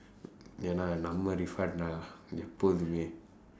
ஏனா நம்ம:eenaa namma எப்போதுமே:eppoothumee